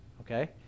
Okay